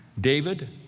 David